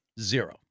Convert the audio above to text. zero